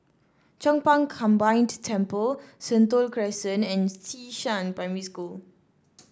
Chong Pang Combined Temple Sentul Crescent and Xishan Primary School